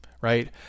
right